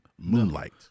Moonlight